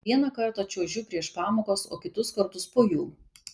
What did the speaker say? vieną kartą čiuožiu prieš pamokas o kitus kartus po jų